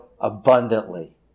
abundantly